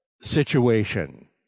situation